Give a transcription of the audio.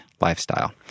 lifestyle